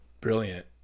brilliant